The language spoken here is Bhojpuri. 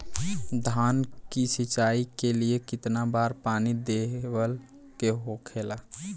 धान की सिंचाई के लिए कितना बार पानी देवल के होखेला?